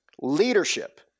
leadership